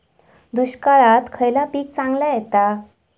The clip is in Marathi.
दुष्काळात खयला पीक चांगला येता?